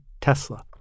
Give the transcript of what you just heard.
Tesla